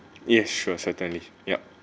ya sure certainly yup